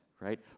right